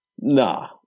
Nah